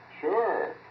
Sure